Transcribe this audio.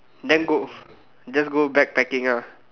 then go just go backpacking ah